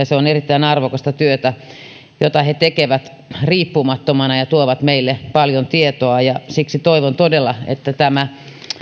se on erittäin arvokasta työtä jota he tekevät riippumattomana ja he tuovat meille paljon tietoa siksi toivon todella että tämä